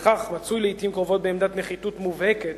ולפיכך מצוי לעתים קרובות בעמדת נחיתות מובהקת